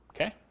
Okay